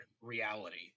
reality